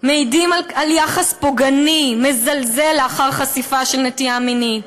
מעידה על יחס פוגעני ומזלזל לאחר חשיפה של נטייה מינית.